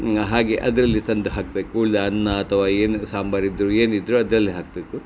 ಹಾಗೆ ಅದರಲ್ಲಿ ತಂದು ಹಾಕಬೇಕು ಇಲ್ಲ ಅನ್ನ ಅಥವಾ ಏನು ಸಾಂಬಾರು ಇದ್ದರು ಏನಿದ್ದರು ಅದರಲ್ಲಿ ಹಾಕಬೇಕು